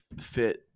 fit